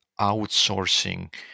outsourcing